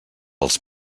els